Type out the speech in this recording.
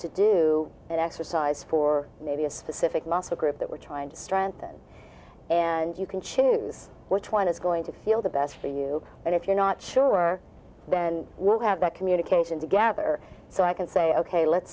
to do it exercise for maybe a specific muscle group that we're trying to strengthen and you can choose which one is going to feel the best for you and if you're not sure then we'll have that communication to gather so i can say ok let's